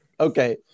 Okay